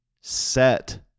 set